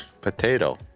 Potato